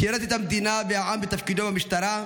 הוא שירת את המדינה ואת העם בתפקידו במשטרה,